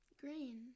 green